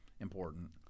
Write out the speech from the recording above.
important